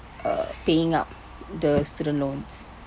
uh paying up the student loans